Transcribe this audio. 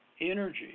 energy